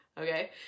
Okay